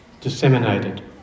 Disseminated